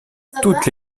toutes